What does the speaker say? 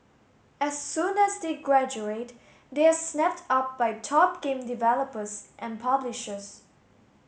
as soon as they graduate they are snapped up by top game developers and publishers